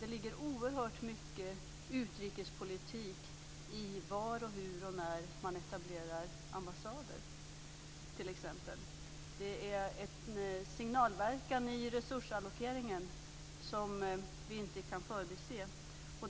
Det ligger oerhört mycket utrikespolitik t.ex. i var, hur och när man etablerar ambassader. Det är en signalverkan i resursallokeringen som vi inte kan förbise.